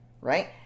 right